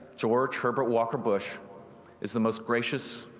george herbert walker bush is the most gracious,